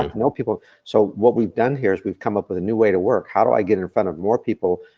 um to no people. so what we've done here is we've come up with a new way to work, how do i get in front of more people,